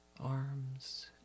arms